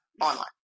online